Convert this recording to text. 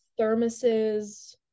thermoses